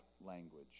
language